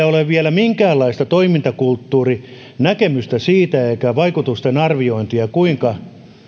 ole vielä minkäänlaista toimintakulttuurinäkemystä eikä vaikutusten arviointia siitä kuinka